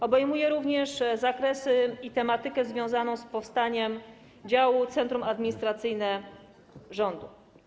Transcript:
Obejmuje również zakresy i tematykę związaną z powstaniem działu: centrum administracyjne rządu.